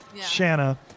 Shanna